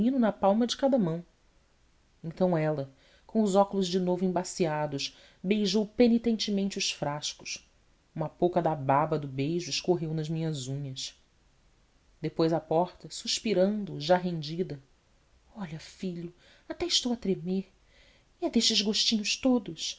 na palma de cada mão então ela com os óculos de novo embaciados beijou penitentemente os frascos uma pouca da baba do beijo escorreu nas minhas unhas depois à porta suspirando já rendida olha filho até estou a tremer e é destes gostinhos todos